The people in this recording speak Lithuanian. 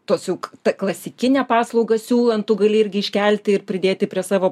tos juk tą klasikinę paslaugą siūlant gali irgi iškelti ir pridėti prie savo